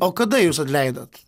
o kada jūs atleidot